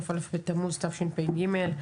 כ"א בתמוז התשפ"ג,